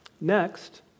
Next